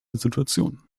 situationen